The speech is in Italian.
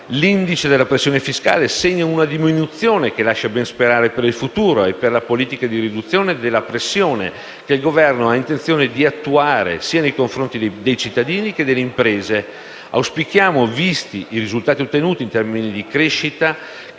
L'indice della pressione fiscale segna una diminuzione che lascia ben sperare per il futuro e per la politica di riduzione della pressione fiscale stessa, che il Governo ha intenzione di attuare sia nei confronti dei cittadini, che delle imprese. Auspichiamo, visti i risultati ottenuti in termini di crescita,